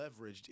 leveraged